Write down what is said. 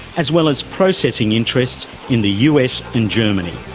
as well as processing interests in the us and germany.